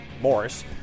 Morris